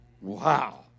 Wow